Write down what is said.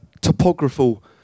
topographical